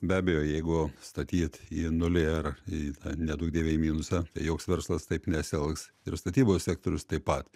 be abejo jeigu statyt į nulį ar į tą neduok dieve į minusą tai joks verslas taip nesielgs ir statybos sektorius taip pat